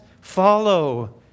follow